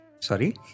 Sorry